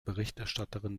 berichterstatterin